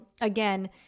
again